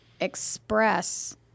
express